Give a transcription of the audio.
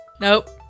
Nope